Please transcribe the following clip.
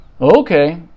Okay